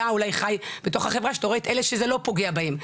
אתה אולי חי בתוך החברה שבה אתה רואה את אלה שזה לא פוגע בהם,